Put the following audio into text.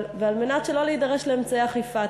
ועל מנת שלא להידרש לאמצעי אכיפה,